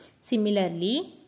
Similarly